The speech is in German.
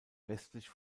westlich